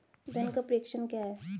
धन का प्रेषण क्या है?